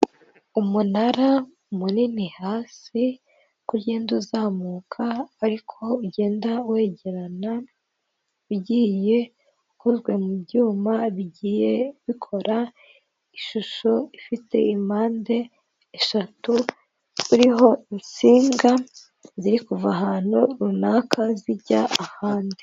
Umunara munini hasi ugenda uzamuka ariko ugenda wegerana, ugiye ukozwe mu byuma bigiye bikora ishusho ifite impande eshatu ziriho insinga ziri kuva ahantu runaka zijya ahandi.